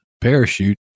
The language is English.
parachute